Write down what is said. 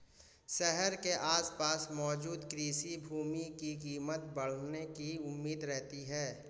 शहर के आसपास मौजूद कृषि भूमि की कीमत बढ़ने की उम्मीद रहती है